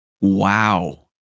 Wow